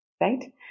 right